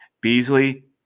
Beasley